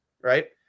right